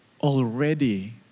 already